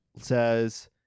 says